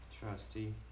Trusty